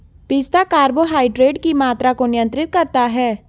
पिस्ता कार्बोहाइड्रेट की मात्रा को नियंत्रित करता है